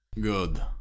Good